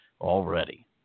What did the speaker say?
already